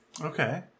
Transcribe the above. Okay